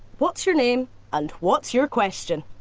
what's your name and what's your question?